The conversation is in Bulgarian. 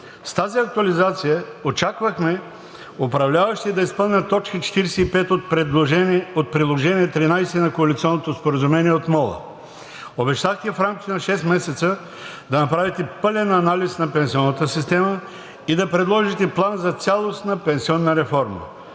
С тази актуализация очаквахме управляващите да изпълнят т. 45 от приложение № 13 на Коалиционното споразумение от мола. Обещахте в рамките на шест месеца да направите пълен анализ на пенсионната система и да предложите план за цялостна пенсионна реформа.